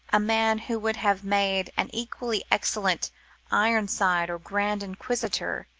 a man who would have made an equally excellent ironside or grand inquisitor,